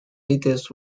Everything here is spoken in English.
details